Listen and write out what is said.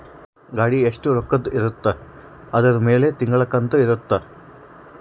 ಗಾಡಿ ಎಸ್ಟ ರೊಕ್ಕದ್ ಇರುತ್ತ ಅದುರ್ ಮೇಲೆ ತಿಂಗಳ ಕಂತು ಇರುತ್ತ